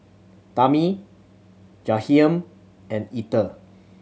Tami Jahiem and Ether